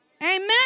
Amen